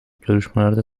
görüşmelerde